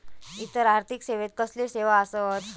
इतर आर्थिक सेवेत कसले सेवा आसत?